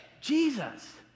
Jesus